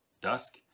dusk